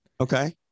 Okay